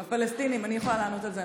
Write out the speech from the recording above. הפלסטינים, אני יכולה לענות על זה.